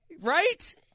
right